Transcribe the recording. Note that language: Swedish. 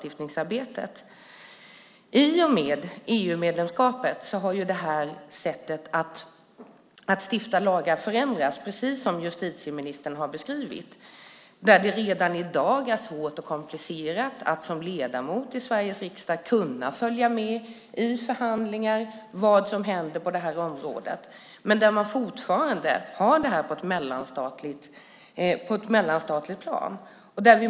I och med EU-medlemskapet har detta sätt att stifta lagar förändrats, precis som justitieministern har beskrivit. Redan i dag är det svårt och komplicerat att som ledamot i Sveriges riksdag kunna följa med i förhandlingar och i vad som händer på det här området. Men vi har det fortfarande på ett mellanstatligt plan.